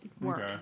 work